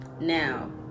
Now